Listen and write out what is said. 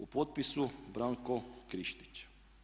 U potpisu Branko Krištić.